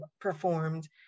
performed